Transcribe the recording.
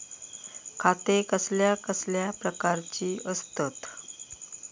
खाते कसल्या कसल्या प्रकारची असतत?